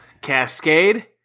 Cascade